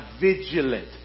vigilant